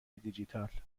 دیجیتال